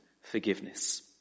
forgiveness